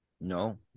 No